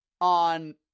on